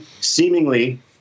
seemingly